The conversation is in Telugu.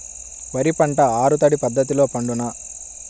వరి పంట ఆరు తడి పద్ధతిలో పండునా?